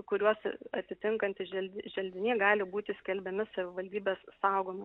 kuriuos atitinkantys želdi želdiniai gali būti skelbiami savivaldybės saugomais